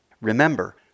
Remember